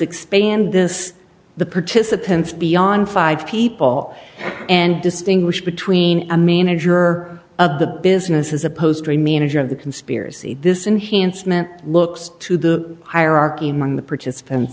expand this the participants beyond five people and distinguish between a manager of the business as opposed to the manager of the conspiracy this enhanced meant looks to the hierarchy among the participants